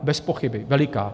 Bezpochyby, veliká.